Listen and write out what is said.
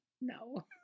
no